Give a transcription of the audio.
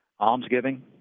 Almsgiving